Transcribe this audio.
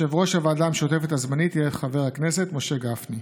יושב-ראש הוועדה המשותפת הזמנית יהיה חבר הכנסת משה גפני.